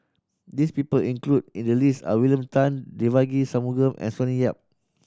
this people included in the list are William Tan Devagi Sanmugam and Sonny Yap